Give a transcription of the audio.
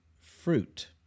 fruit